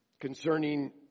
Concerning